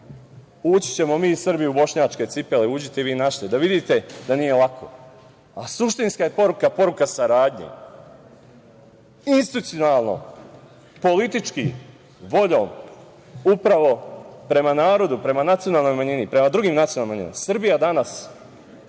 ući ćemo mi Srbi u bošnjačke cipele, uđite i vi u naše da vidite da nije lako. Suštinska je poruka poruka saradnje, institucionalno, politički, voljom, upravo prema narodu, prema nacionalnoj manjini, prema drugim nacionalnim manjinama. Srbija danas,